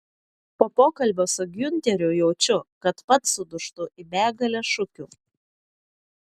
po pokalbio su giunteriu jaučiu kad pats sudūžtu į begalę šukių